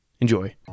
enjoy